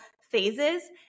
phases